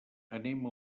anem